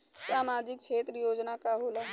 सामाजिक क्षेत्र योजना का होला?